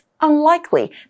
Unlikely